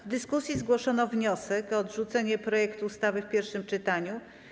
W dyskusji zgłoszono wniosek o odrzucenie projektu ustawy w pierwszym czytaniu.